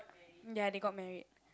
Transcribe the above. ya they got married